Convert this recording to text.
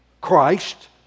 Christ